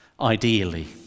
ideally